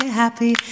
happy